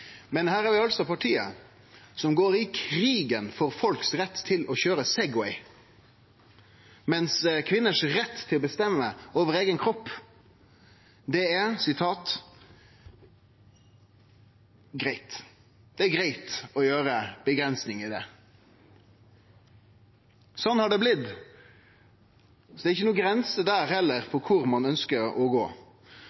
Men her har vi altså partiet som går i krigen for folk sin rett til å køyre Segway, mens kvinner sin rett til å bestemme over eigen kropp er «greit». Det er greitt å gjere avgrensingar i det. Sånn har det blitt. Så det er ikkje noka grensa der heller